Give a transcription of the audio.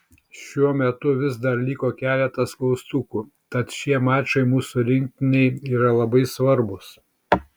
šiuo metu vis dar liko keletas klaustukų tad šie mačai mūsų rinktinei yra labai svarbūs